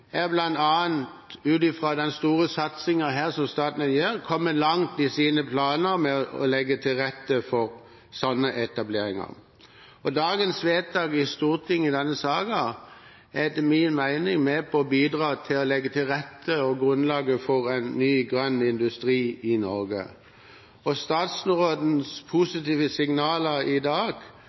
er bl.a. ut ifra den store satsingen som staten her gjør, kommet langt i sine planer med å legge til rette for sånne etableringer. Dagens vedtak i Stortinget i denne saken er etter min mening med på å bidra til å legge til rette for og er grunnlaget for en ny grønn industri i Norge. Statsrådens positive signaler i dag